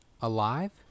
Alive